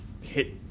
hit